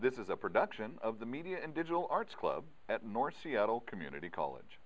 this is a production of the media and digital arts club at north seattle community college